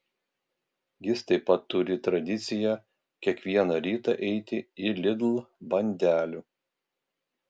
jis taip pat turi tradiciją kiekvieną rytą eiti į lidl bandelių